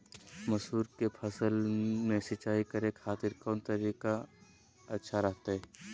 मसूर के फसल में सिंचाई करे खातिर कौन तरीका अच्छा रहतय?